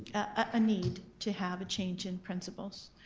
a need to have a change in principals.